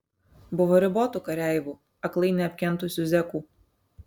buvo ribotų kareivų aklai neapkentusių zekų